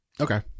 Okay